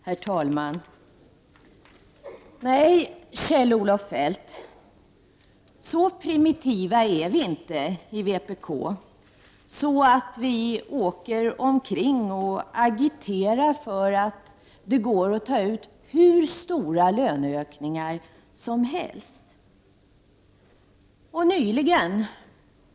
Herr talman! Nej, vi är inte så primitiva i vpk att vi åker omkring och agiterar för att det skall gå att ta ut hur stora löneökningar som helst.